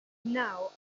now